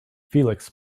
felix